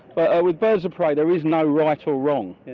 but with birds of prey there is no right or wrong.